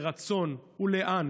מרצון ולאן,